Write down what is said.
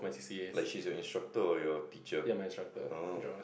like she's your instructor or your teacher orh